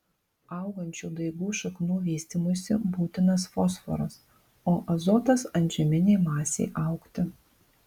augančių daigų šaknų vystymuisi būtinas fosforas o azotas antžeminei masei augti